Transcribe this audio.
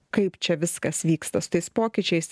kaip čia viskas vyksta su tais pokyčiais